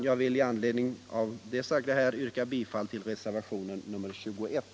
Jag vill med anledning av det sagda yrka bifall till reservationen 21.